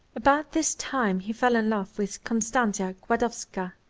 about this time he fell in love with constantia gladowska,